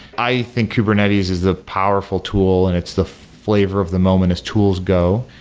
i think kubernetes is the powerful tool and it's the flavor of the moment as tools go,